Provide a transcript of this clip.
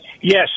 Yes